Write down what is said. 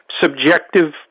subjective